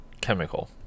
chemical